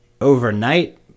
overnight